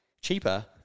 cheaper